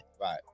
right